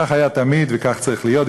כך היה תמיד וכך צריך להיות,